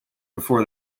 before